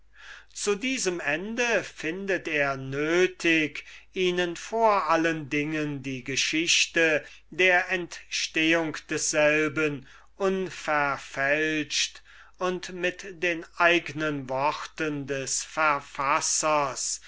zu diesem ende findet er nötig ihnen vor allen dingen die geschichte der entstehung desselben unverfälscht und mit den eigen worten des verfassers